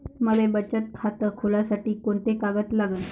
मले बचत खातं खोलासाठी कोंते कागद लागन?